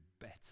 better